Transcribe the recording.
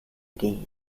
gehen